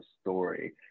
story